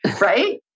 right